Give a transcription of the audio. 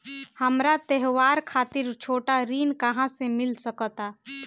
हमरा त्योहार खातिर छोट ऋण कहाँ से मिल सकता?